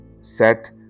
set